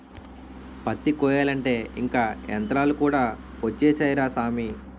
పత్తి కొయ్యాలంటే ఇంక యంతరాలు కూడా ఒచ్చేసాయ్ రా సామీ